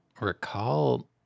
recall